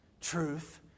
Truth